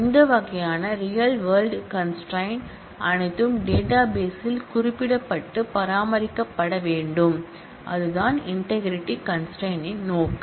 இந்த வகையான real world constraint அனைத்தும் டேட்டாபேஸ்ல் குறிப்பிடப்பட்டு பராமரிக்கப்பட வேண்டும் அதுதான் இன்டெக்ரிடி கன்ஸ்ட்ரெயின் ன் நோக்கம்